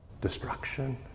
destruction